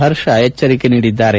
ಹರ್ಷಾ ಎಚ್ಚರಿಕೆ ನೀಡಿದ್ದಾರೆ